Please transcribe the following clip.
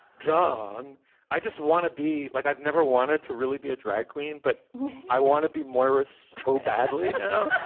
john i just want to be like i've never wanted to really be a drag queen but i want to be wrists so badly now